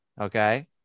Okay